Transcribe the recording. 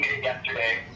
yesterday